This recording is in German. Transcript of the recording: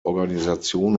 organisation